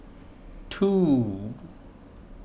two